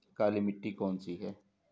काली मिट्टी कौन सी है?